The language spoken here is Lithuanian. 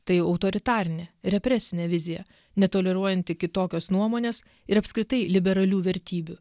tai autoritarinė represinė vizija netoleruojanti kitokios nuomonės ir apskritai liberalių vertybių